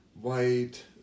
White